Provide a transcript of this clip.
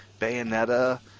Bayonetta